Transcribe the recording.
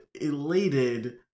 elated